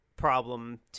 problem